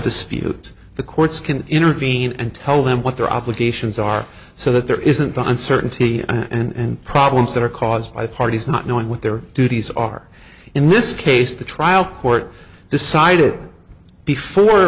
dispute the courts can intervene and tell them what their obligations are so that there isn't uncertainty and problems that are caused by the parties not knowing what their duties are in this case the trial court decided before